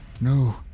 no